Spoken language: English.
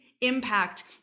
impact